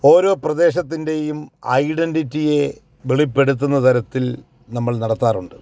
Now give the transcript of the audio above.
ഓരോ പ്രദേശത്തിൻ്റെയും ഐഡൻടിറ്റിയെ വെളിപ്പെടുത്തുന്ന തരത്തിൽ നമ്മൾ നടത്താറുണ്ട്